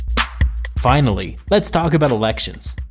finally, let's talk about elections.